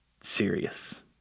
serious